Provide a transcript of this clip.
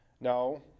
No